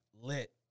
lit